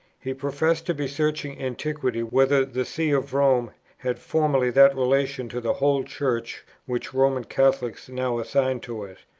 he professed to be searching antiquity whether the see of rome had formerly that relation to the whole church which roman catholics now assign to it.